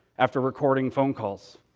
after recording phone calls.